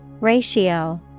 Ratio